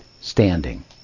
standing